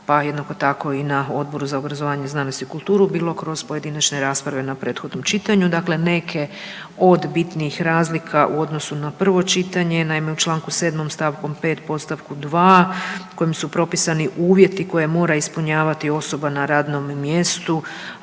pa jednako tako i na Odboru za obrazovanje, znanost i kulturu, bilo kroz pojedinačne rasprave na prethodnom čitanju. Dakle, neke od bitnih razlika u odnosu na prvo čitanje, naime u čl. 7. st. 5. podstavku 2. kojim su propisani uvjeti koje mora ispunjavati osoba na radnom mjestu